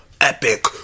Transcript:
epic